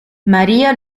maria